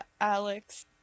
Alex